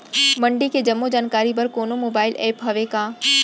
मंडी के जम्मो जानकारी बर कोनो मोबाइल ऐप्प हवय का?